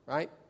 Right